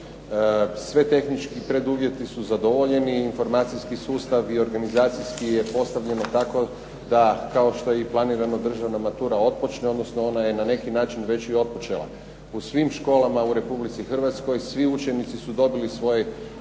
Svi tehnički preduvjeti su zadovoljeni, informacijski sustav i organizacijski je postavljeno tako da kao što je i planirano državna matura otpočne, odnosno ona je na neki način već i otpočela. U svim školama u Republici Hrvatskoj, svi učenici su dobili svoj